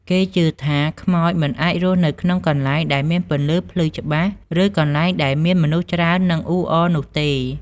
គេជឿថាខ្មោចមិនអាចរស់នៅក្នុងកន្លែងដែលមានពន្លឺភ្លឺច្បាស់ ឬកន្លែងដែលមានមនុស្សច្រើននឹងអ៊ូអរនោះទេ ។